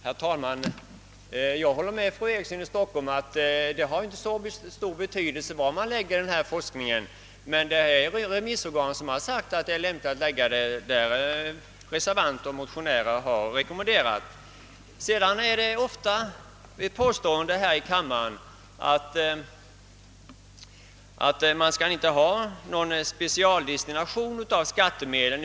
Herr talman! Jag håller med fru Eriksson i Stockholm om att det inte har så stor betydelse var man förlägger denna forskning. Emellertid finns det remissorgan som har sagt att det är lämpligt att förlägga den till den institution som reservanter och motionärer har rekommenderat. Här i kammaren påstås ofta att man inte skall ha någon specialdestination av skattemedel.